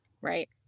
Right